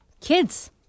kids